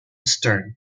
stern